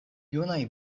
junaj